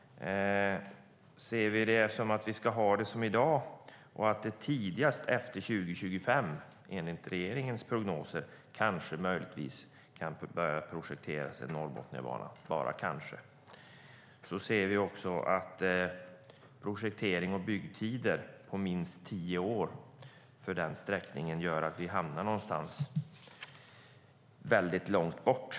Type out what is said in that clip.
Ser vi det som att vi ska ha det som i dag och att det tidigast efter 2025, enligt regeringens prognoser, möjligtvis kan börja projekteras för Norrbotniabanan - men bara kanske? Då ser vi att projekterings och byggtider på minst tio år för den sträckningen gör att vi hamnar någonstans väldigt långt bort.